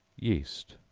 yeast.